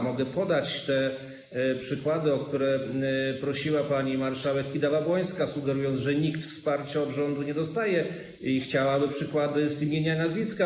Mogę podać przykłady, o które prosiła pani marszałek Kidawa-Błońska, sugerując, że nikt wsparcia od rządu nie dostaje, i chciałaby przykładów z imienia i nazwiska.